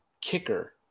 kicker